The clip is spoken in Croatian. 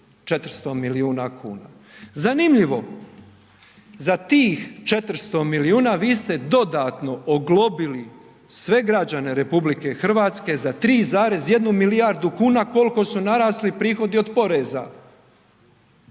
400 milijuna kuna. Zanimljivo, za tih 400 milijuna vi ste dodatno oglobili sve građane RH za 3,1 milijardu kuna kolko su narasli prihodi od poreza.